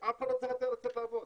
שאף אחד לא צריך יותר לצאת לעבוד,